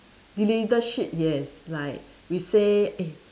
leadership yes like we say eh